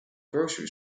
grocery